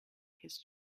his